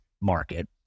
market